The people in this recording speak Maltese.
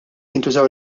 jintużaw